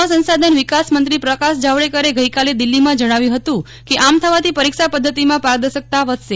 માનવ સંસાધન વિકાસ મંત્રી પ્રકાશ જાવડેકરે આજે દિલ્હીમાં જજ્ઞાવ્યું હતું કે આમ થવાથી પરીક્ષા પદ્ધતિમાં પારદર્શકતા વધશે